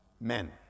men